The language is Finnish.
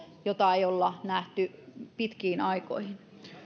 mitä ei olla nähty pitkiin aikoihin